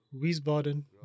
Wiesbaden